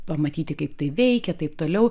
pamatyti kaip tai veikia taip toliau